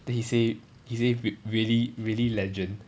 then he say he say re~ really really legend